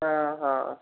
ହଁ ହଁ